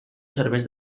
serveix